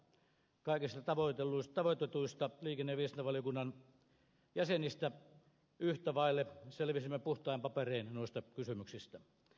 kaikki tavoitetut liikenne ja viestintävaliokunnan jäsenet yhtä vaille selvisimme puhtain paperein noista kysymyksistä